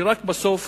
ורק בסוף